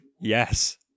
Yes